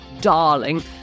darling